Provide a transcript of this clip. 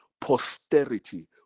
posterity